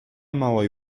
małej